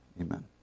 Amen